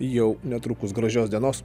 jau netrukus gražios dienos